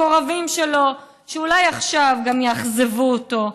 מקורבים שלו, שאולי עכשיו גם יאכזבו אותו,